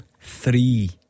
three